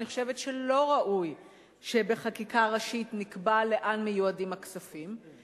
אני חושבת שלא ראוי שבחקיקה ראשית נקבע לאן הכספים מיועדים.